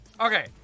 Okay